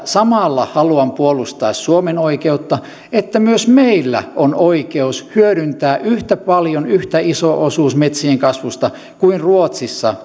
samalla haluan puolustaa suomen oikeutta että myös meillä on oikeus hyödyntää yhtä paljon yhtä iso osuus metsien kasvusta kuin ruotsissa